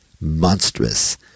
monstrous